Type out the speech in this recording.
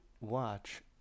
watch